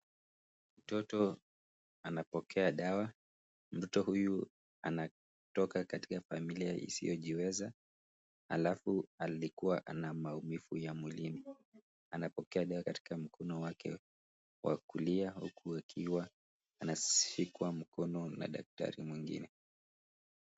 Mtoto anapokea dawa. Mtoto huyu anatoka katika familia isiyojiweza. Halafu, alikuwa ana maumivu ya mwilini. Anapokea dawa katika mkono wake wa kulia huku akiwa anashikwa mkono na daktari mwingine.